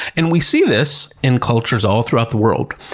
and we see this in cultures all throughout the world.